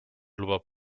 lubab